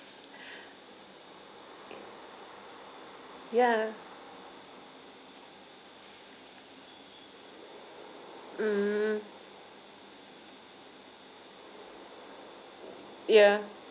ya mm ya